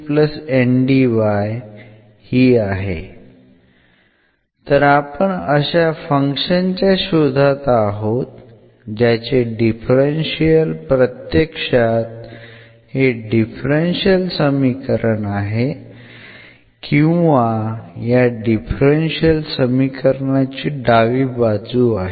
तर आपण अशा फंक्शन च्या शोधात आहोत ज्याचे डिफरन्शियल प्रत्यक्षात हे डिफरन्शियल समीकरण आहे किंवा या डिफरन्शियल समीकरणाची डावी बाजू आहे